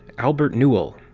albert newell.